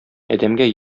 адәмгә